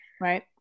right